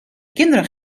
kinderen